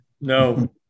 no